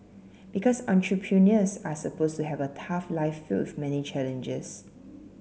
because entrepreneurs are supposed to have a tough life filled with many challenges